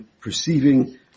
perceiving